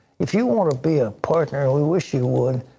if you want to be a partner and we wish you would,